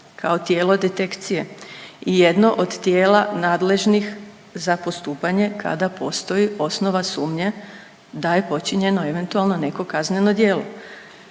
kao tijelo detekcije, jedno od tijela nadležnih za postupanje kada postoji osnova sumnje da je počinjeno eventualno neko kazneno djelo.